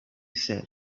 said